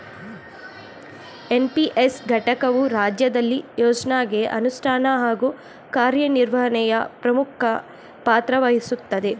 NPS ಘಟಕವು ರಾಜ್ಯದಂತ ಯೋಜ್ನಗೆ ಅನುಷ್ಠಾನ ಹಾಗೂ ಕಾರ್ಯನಿರ್ವಹಣೆಯ ಪ್ರಮುಖ ಪಾತ್ರವಹಿಸುತ್ತದೆ